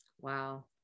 Wow